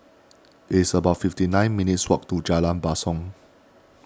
it's about fifty nine minutes' walk to Jalan Basong